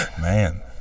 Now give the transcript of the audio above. Man